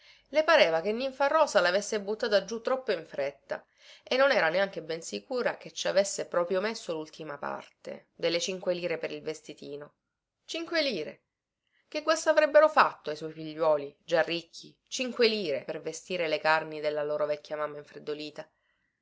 le pareva che ninfarosa lavesse buttata giù troppo in fretta e non era neanche ben sicura che ci avesse proprio messo lultima parte delle cinque lire per il vestitino cinque lire che guasto avrebbero fatto ai suoi figliuoli già ricchi cinque lire per vestire le carni della loro vecchia mamma infreddolita